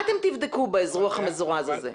מה אתם תבדקו באזרוח המזורז הזה?